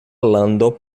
lando